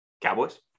Cowboys